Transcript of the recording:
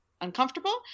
uncomfortable